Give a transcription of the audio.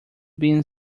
being